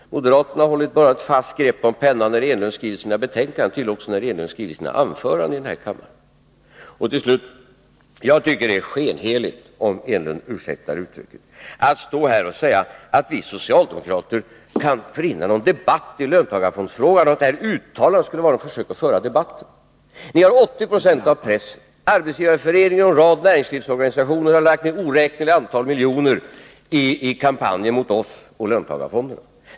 — Moderaterna håller ett fast grepp om pennan inte bara när Eric Enlund skriver sina betänkanden utan tydligen också när han skriver de anföranden som skall hållas här i kammaren! Jag tycker att det är skenheligt, om Eric Enlund ursäktar uttrycket, att gå här och säga att vi socialdemokrater vill förhindra en debatt i löntagarfondsfrågan, och att det uttalandet skulle vara ett försök att föra debatt. Ni har 80 96 av pressen. Arbetsgivareföreningen och en rad näringslivsorganisationer har lagt ned ett oräkneligt antal miljoner i kampanjer mot oss när det gäller löntagarfonderna.